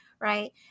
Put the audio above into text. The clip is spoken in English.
right